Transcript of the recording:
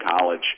college